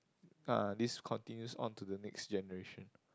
uh this continues on to the next generation